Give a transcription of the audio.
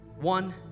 One